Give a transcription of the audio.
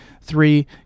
Three